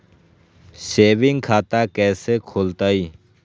Saving खाता कैसे खुलतई?